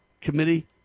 Committee